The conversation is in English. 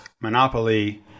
Monopoly